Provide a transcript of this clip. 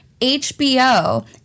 HBO